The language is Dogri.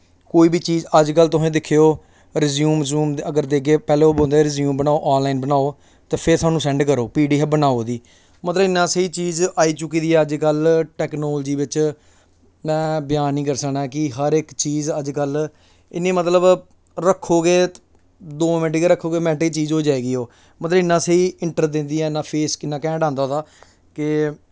कोई बी चीज अज्ज कल तुस दिक्खेओ रिज्यूम अगर देगे ओ पैह्लें ओह् बोलदे रिज्यूम बनाओ ऑनलाइन बनाओ ते फिर सानूं सैंड करो पी डी एफ बनाओ ओह्दी मतलब इ'न्नी स्हेई चीज आई चुकी दी ऐ अज्ज कल टेक्नोलॉजी बिच में बयान निं करी सकना कि हर इक चीज अज्ज कल इ'न्नी मतलब रक्खो गै दो मैंट गै रक्खो ते मिन्ट च ओह् चीज हो जाएगी ओह् मतलब इ'न्ना स्हेई इंटर दिंदी ऐ मतलब फेस कि'न्ना कैंड आंदा ऐ साढ़ा के